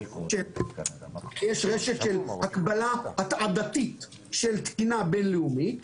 יש רשת של הקבלה התעדתית של תקינה בינלאומית.